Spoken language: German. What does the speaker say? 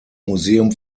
museum